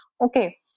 Okay